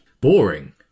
boring